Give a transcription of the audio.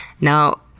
Now